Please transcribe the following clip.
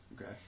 Okay